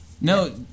No